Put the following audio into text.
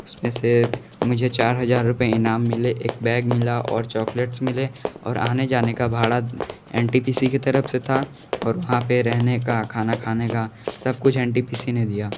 उस में से मुझे चार हज़ार रूपये इनाम मिले एक बैग मिला और चॉकलेट्स मिले और आने जाने का भाड़ा एन टी पी सी की तरफ़ से था और वहाँ पर रहने का खाना खाने का सब कुछ एन टी पी सी ने दिया